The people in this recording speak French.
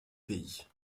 pays